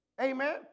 Amen